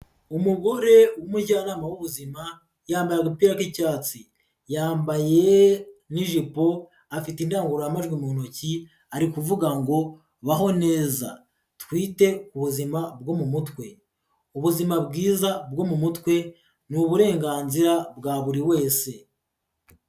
Umugore w'umujyanama w'ubuzima yambaye agapira k'icyatsi, yambaye n'ijipo afite indangururamajwi mu ntoki, ari kuvuga ngo baho neza, twite ku buzima bwo mu mutwe, ubuzima bwiza bwo mu mutwe ni uburenganzira bwa buri wese.